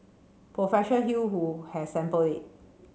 hew who has sampled it